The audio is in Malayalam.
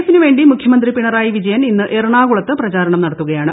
എഫിനു വേണ്ടി മുഖ്യമന്ത്രി പിണറായി വിജയൻ ഇന്ന് എറണാകുളത്ത് പ്രചാരണം നടത്തുകയാണ്